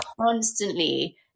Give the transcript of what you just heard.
constantly